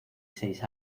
seis